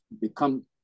become